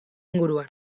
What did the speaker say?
inguruan